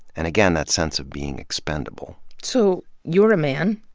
and, again, that sense of being expendable. so, you're a man.